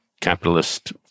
capitalist